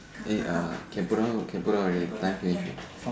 eh uh can put down can put down already time finish already